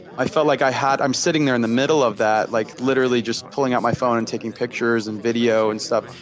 i felt like i had i'm sitting there in the middle of that, like literally just pulling out my phone and taking pictures and videos and stuff,